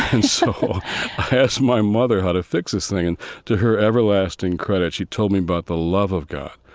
and so i asked my mother how to fix this thing. and to her everlasting credit, she told me about the love of god,